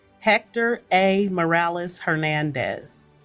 hector a. morales-hernandez